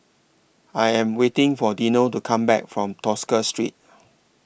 I Am waiting For Dino to Come Back from Tosca Street